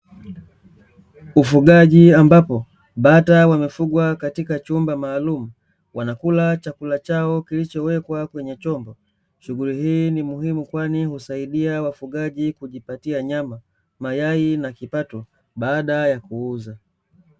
Ufugaji ambapo bata wamefugwa katika chumba maalumu wanakula chakula chao kilichowekwa kwenye chombo shughuli hii ni muhimu kwani husaidia wafugaji kujipatia nyama, mayai na kipato baada ya kuuza.